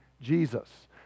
Jesus